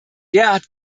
derart